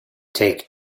take